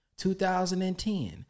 2010